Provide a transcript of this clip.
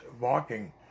walking